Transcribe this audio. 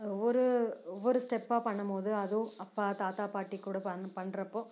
ஒவ்வொரு ஒவ்வொரு ஸ்டெப்பாக பண்ணும் போது அதுவும் அப்பா தாத்தா பாட்டி கூட அந்த பண்ணுறப்போ